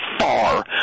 far